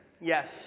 yes